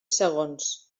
segons